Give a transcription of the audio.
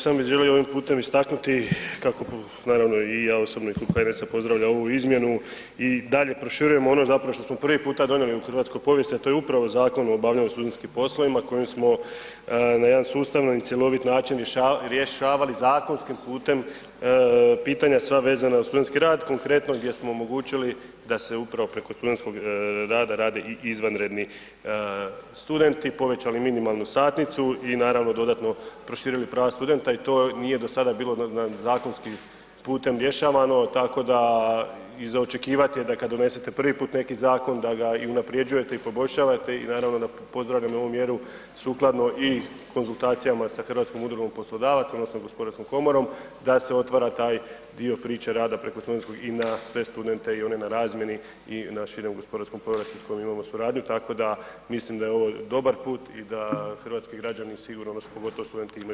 Samo bi želio ovim putem istaknuti kako naravno i ja osobno i Klub HNS-a pozdravlja ovu izmjenu i dalje proširujemo ono zapravo što smo prvi puta donijeli u hrvatsku povijest, a to je upravo Zakon o obavljanju studentskim poslovima kojim smo na jedan sustavno i cjelovit način rješavali zakonskim putem pitanja sva vezana uz studentski rad, konkretno gdje smo omogućili da se upravo preko studentskog rada rade i izvanredni studenti, povećali minimalnu satnicu i naravno dodatno proširili prava studenta i to nije do sada bilo na, na zakonskim putem rješavano, tako da i za očekivat je da kad donesete prvi put neki zakon da ga i unaprjeđujete i poboljšavate i naravno da pozdravljam i ovu mjeru sukladno i konzultacijama sa Hrvatskom udrugom poslodavaca odnosno gospodarskom komorom da se otvara taj dio priče rada preko studentskog i na sve studente i one na razmjeni i na širem gospodarskom … [[Govornik se ne razumije]] imamo suradnju, tako da mislim da je ovo dobar put i da hrvatski građani sigurno odnosno pogotovo studenti imaju